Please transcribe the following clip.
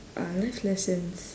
uh life lessons